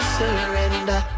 surrender